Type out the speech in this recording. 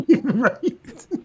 right